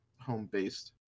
home-based